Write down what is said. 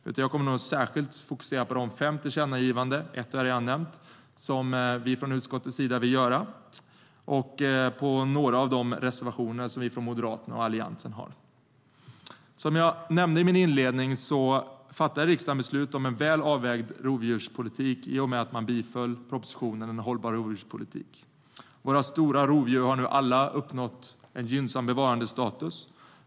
Jag kommer särskilt att fokusera på de fem tillkännagivandena - ett har jag redan nämnt - som vi från utskottets sida vill göra och på några av reservationerna från Moderaterna och Alliansen. . Alla våra stora rovdjur har nu uppnått en gynnsam bevarandestatus.